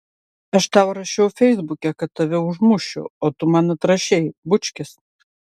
aš tau rašiau feisbuke kad tave užmušiu o tu man atrašei bučkis